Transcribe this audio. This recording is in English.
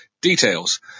Details